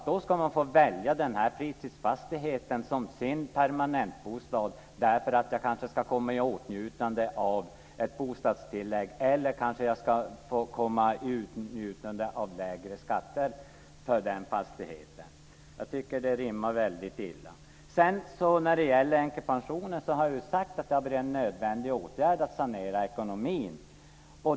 Då ska man få välja den här fritidsfastigheten som sin permanentbostad för att man kanske ska komma i åtnjutande av ett bostadstillägg eller av lägre skatter för fastigheten. Jag tycker att det rimmar väldigt illa. När det sedan gäller änkepensionen har jag ju sagt att det har varit en nödvändig åtgärd för att sanera ekonomin.